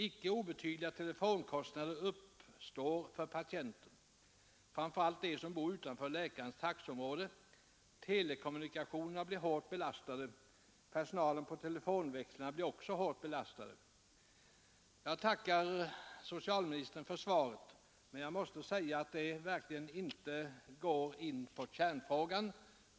Icke obetydliga telefonkostnader uppstår för patienterna, framför allt för dem som bor utanför läkarens taxeområde. Telekommunikationerna blir hårt belastade. Personalen i telefonväxlarna blir också hårt belastad. Jag tackar socialministern för svaret, men jag måste säga att det verkligen inte går in på kärnfrågan.